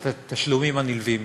את התשלומים הנלווים.